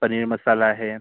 पनीर मसाला आहे